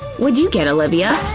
what'd you get, olivia?